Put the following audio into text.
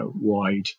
Wide